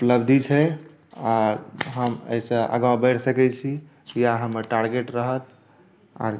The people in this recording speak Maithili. उपलब्धि छै आर हम अएहिसँ आगँ बैढ़ सकै छी इएह हमर टारगेट रहत आर